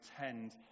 attend